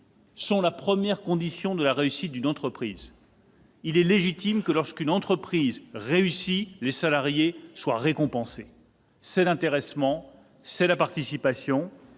sont la première condition de la réussite d'une entreprise. Il est légitime que, lorsqu'une entreprise réussit, ses salariés en soient récompensés, l'intéressement ou la participation.